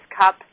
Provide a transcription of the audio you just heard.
Cup